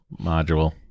module